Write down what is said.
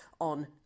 on